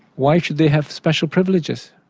why should they have special privileges?